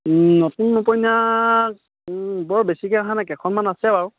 নতুন উপন্যাস বৰ বেছিকৈ অহা নে কেইখনমান আছে বাৰু